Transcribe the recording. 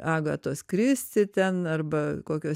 agatos kristi ten arba kokio